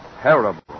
Terrible